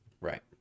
Right